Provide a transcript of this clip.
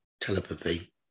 telepathy